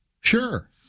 Sure